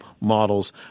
models